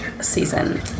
season